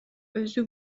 өзү